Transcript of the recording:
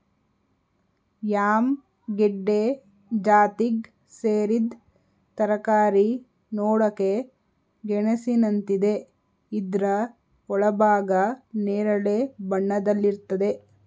yam ಗೆಡ್ಡೆ ಜಾತಿಗ್ ಸೇರಿದ್ ತರಕಾರಿ ನೋಡಕೆ ಗೆಣಸಿನಂತಿದೆ ಇದ್ರ ಒಳಭಾಗ ನೇರಳೆ ಬಣ್ಣದಲ್ಲಿರ್ತದೆ